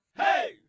Hey